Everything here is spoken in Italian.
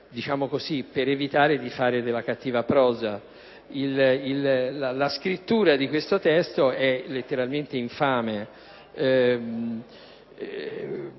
occasione per evitare di fare della cattiva prosa. La scrittura di questo testo e letteralmente infame,